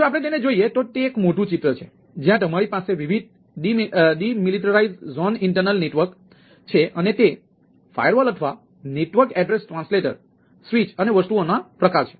તેથી જો આપણે તેને જોઈએ તો તે એક મોટું ચિત્ર છે જ્યાં તમારી પાસે વિવિધ ડિમિલિટરાઇઝ્ડ ઝોન ઇન્ટરનલ નેટવર્ક અથવા 2 ફાયરવોલ છે